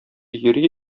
йөри